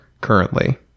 currently